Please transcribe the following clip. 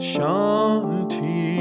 Shanti